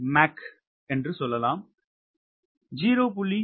6 மாக் 0